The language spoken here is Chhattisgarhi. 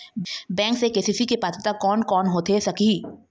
बैंक से के.सी.सी के पात्रता कोन कौन होथे सकही?